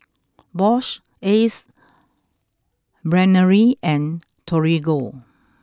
Bosch Ace Brainery and Torigo